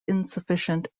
insufficient